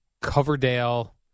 Coverdale